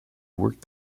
worked